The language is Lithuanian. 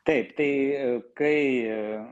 taip tai kai